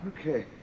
okay